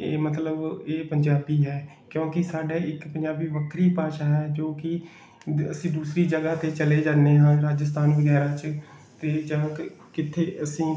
ਇਹ ਮਤਲਬ ਇਹ ਪੰਜਾਬੀ ਹੈ ਕਿਉਂਕਿ ਸਾਡਾ ਇੱਕ ਪੰਜਾਬੀ ਵੱਖਰੀ ਭਾਸ਼ਾ ਹੈ ਜੋ ਕਿ ਅਸੀਂ ਦੂਸਰੀ ਜਗ੍ਹਾ 'ਤੇ ਚਲੇ ਜਾਂਦੇ ਹਾਂ ਰਾਜਸਥਾਨ ਵਗੈਰਾ 'ਚ ਅਤੇ ਜਾਂ ਕ ਕਿੱਥੇ ਅਸੀਂ